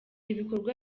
ibikorwa